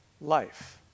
life